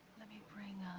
let me bring